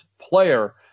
player